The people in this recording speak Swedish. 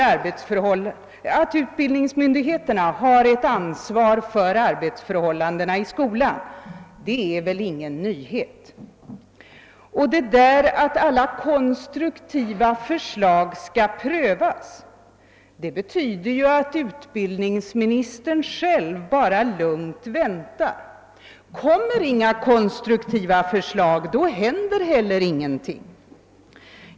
Att utbildningsmyndigheterna har ett ansvar för arbetsförhållandena i skolan är väl ingen nyhet. Och det där att alla konstruktiva förslag skall prövas, det betyder ju att utbildningsministern själv bara lugnt väntar. Kommer inga konstruktiva förslag, då händer heller ingenting.